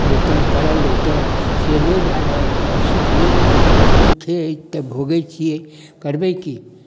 खयतहुँ पड़ल रहितहुँ से नहि भए रहल है सुख नहि लिखल अछि दुःखे अछि तऽ भोगैत छियै करबै की